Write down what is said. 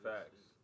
Facts